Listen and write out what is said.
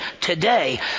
today